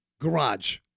garage